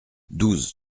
douze